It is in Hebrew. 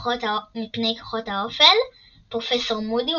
מכוחות האופל פרופסור מודי,